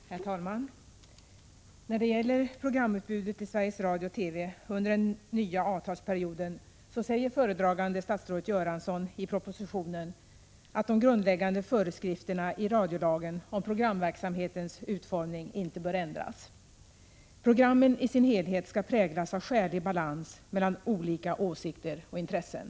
Herr talman! När det gäller programutbudet i Sveriges Radio/TV under den nya avtalsperioden skriver föredragande statsrådet Göransson i propositionen att de grundläggande föreskrifterna i radiolagen om programverksamhetens utformning inte bör ändras. Programmen i sin helhet skall präglas av skälig balans mellan olika åsikter och intressen.